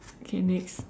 okay next